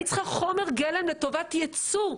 אני צריכה חומר גלם לטובת יצוא.